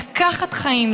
לקחת חיים,